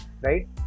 Right